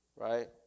Right